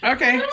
Okay